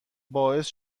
باعث